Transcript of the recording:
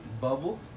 bubble